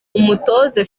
umutoza